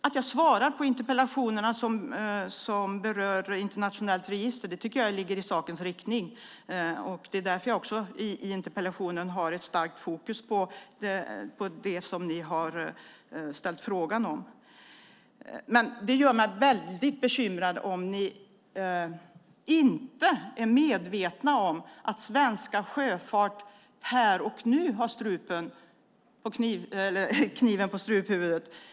Att jag svarar på interpellationerna som berör internationellt register tycker jag ligger i sakens riktning. Jag har i interpellationssvaret ett starkt fokus på det som ni har ställt frågan om. Det gör mig väldigt bekymrad om ni inte är medvetna om att svensk sjöfart här och nu har kniven på strupen.